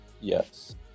Yes